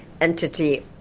entity